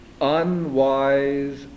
unwise